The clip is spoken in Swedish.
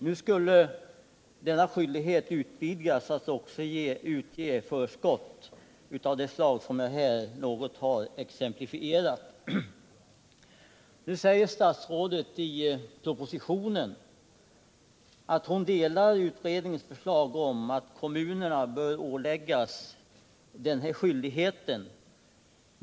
Nu skulle denna skyldighet utvidgas till att också avse förskott av det slag som jag här något har exemplifierat. Statsrådet säger i propositionen att hon delar utredningens uppfattning att kommunerna bör åläggas denna skyldighet.